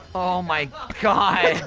oh my god! ahah!